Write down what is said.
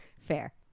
Fair